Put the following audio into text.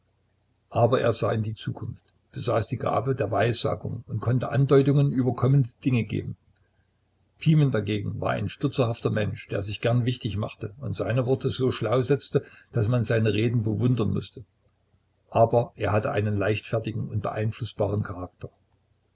aber er sah in die zukunft besaß die gabe der weissagung und konnte andeutungen über kommende dinge geben pimen dagegen war ein stutzerhafter mensch der sich gern wichtig machte und seine worte so schlau setzte daß man seine reden bewundern mußte aber er hatte einen leichtfertigen und beeinflußbaren charakter